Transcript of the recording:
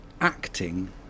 acting